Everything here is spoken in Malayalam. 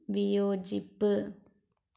വിയോജിപ്പ്